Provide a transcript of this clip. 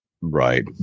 Right